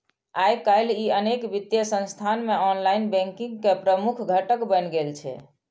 आइकाल्हि ई अनेक वित्तीय संस्थान मे ऑनलाइन बैंकिंग के प्रमुख घटक बनि गेल छै